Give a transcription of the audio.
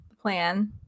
plan